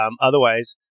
Otherwise